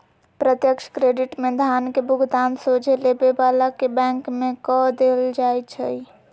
प्रत्यक्ष क्रेडिट में धन के भुगतान सोझे लेबे बला के बैंक में कऽ देल जाइ छइ